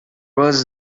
was